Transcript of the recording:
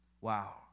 Wow